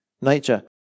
nature